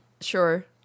sure